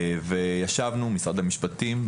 ישבנו משרד המשפטים,